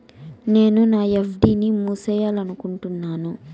నేను నా ఎఫ్.డి ని మూసేయాలనుకుంటున్నాను